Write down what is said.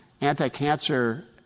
Anti-cancer